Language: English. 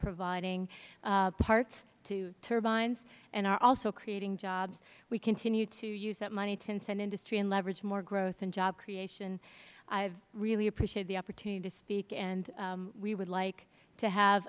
providing parts to turbines and are also creating jobs we continue to use that money to incent industry and leverage more growth and job creation i really appreciate the opportunity to speak and we would like to have